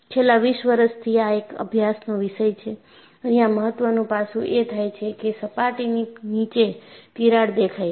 છેલ્લા 20 વર્ષથી આ એક અભ્યાસનો વિષય છે અહીંયા મહત્ત્વનું પાસું એ થાય છે કે સપાટીની નીચે તિરાડ દેખાય છે